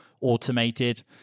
automated